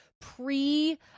pre